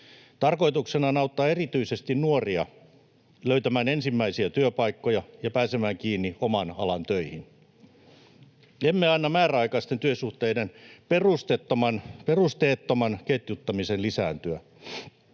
Tarkoituksena on auttaa erityisesti nuoria löytämään ensimmäisiä työpaikkoja ja pääsemään kiinni oman alan töihin. Emme anna määräaikaisten työsuhteiden perusteettoman ketjuttamisen lisääntyä.